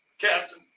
captain